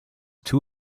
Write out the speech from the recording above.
two